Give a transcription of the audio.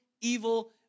evil